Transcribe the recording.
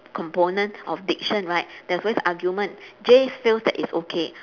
component of diction right there's always argument jay feels that it's okay